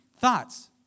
thoughts